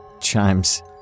chimes